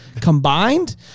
combined